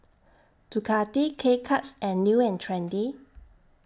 Ducati K Cuts and New and Trendy